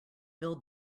build